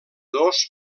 dos